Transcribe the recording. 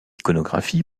iconographie